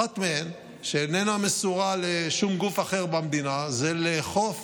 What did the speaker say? אחת מהן, שאיננה מסורה לשום גוף במדינה, זה לאכוף